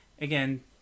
again